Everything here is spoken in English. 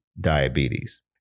diabetes